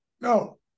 No